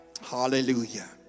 Hallelujah